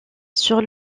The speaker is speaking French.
sur